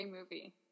movie